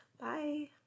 Bye